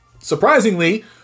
surprisingly